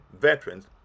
veterans